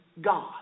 God